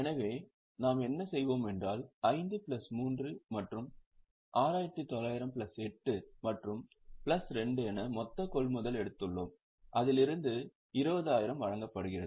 எனவே நாம் என்ன செய்வோம் என்றால் 5 பிளஸ் 3 மற்றும் 6900 பிளஸ் 8 மற்றும் பிளஸ் 2 என மொத்த கொள்முதல் எடுத்துள்ளோம் அதில் இருந்து 20000 வழங்கப்படுகிறது